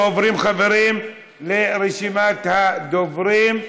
עוברים, חברים, לרשימת הדוברים.